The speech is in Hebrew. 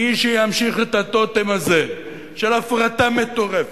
מי שימשיך את הטוטם הזה של הפרטה מטורפת,